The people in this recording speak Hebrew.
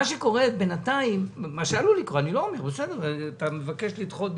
אם אתה מבקש לדחות ביומיים,